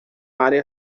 área